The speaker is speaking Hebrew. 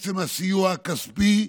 עצם הסיוע הכספי,